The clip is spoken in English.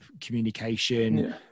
communication